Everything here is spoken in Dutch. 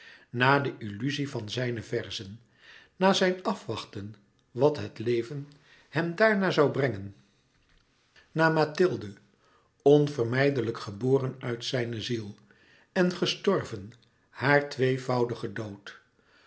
na de illuzie van zijne verzen na zijn afwachten wat het leven hem daarna zoû brengen na mathilde onvermijdelijk geboren uit zijne ziel en gestorven haar tweevoudigen dood